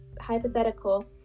hypothetical